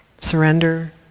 surrender